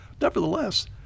Nevertheless